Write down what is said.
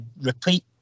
repeat